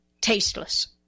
tasteless